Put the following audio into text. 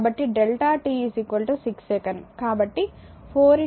కాబట్టి delta t 6 second